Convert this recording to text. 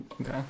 Okay